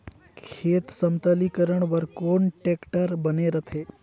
खेत समतलीकरण बर कौन टेक्टर बने रथे?